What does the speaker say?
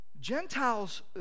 Gentiles